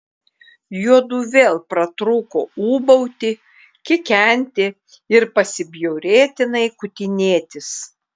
juodu vėl pratrūko ūbauti kikenti ir pasibjaurėtinai kutinėtis